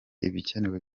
ibikenewe